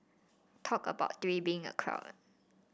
talk about three being a crowd